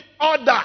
order